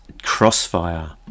crossfire